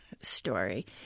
story